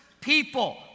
people